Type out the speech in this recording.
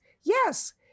Yes